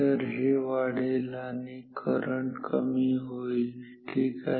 तर हे वाढेल आणि करंट कमी होईल ठीक आहे